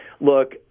look